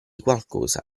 qualcosa